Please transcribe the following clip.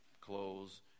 clothes